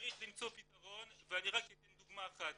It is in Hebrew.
צריך למצוא פתרון ואני רק אתן דוגמה אחת.